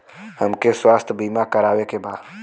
हमके स्वास्थ्य बीमा करावे के बा?